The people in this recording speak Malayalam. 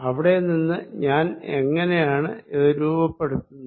ഇവിടെ നിന്ന് ഞാൻ എങ്ങിനെയാണ് ഇത് രൂപപ്പെടുത്തുന്നത്